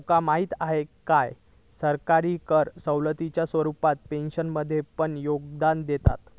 तुका माहीत हा काय, सरकारही कर सवलतीच्या स्वरूपात पेन्शनमध्ये पण योगदान देता